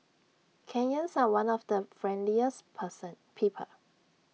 Kenyans are one of the friendliest person people